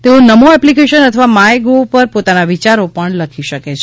તેઓ નમો એપ્લિકેશન અથવા માયગોવ પર પોતાના વિચારો પણ લખી શકે છે